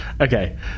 Okay